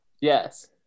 yes